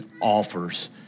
offers